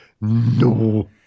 No